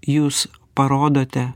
jūs parodote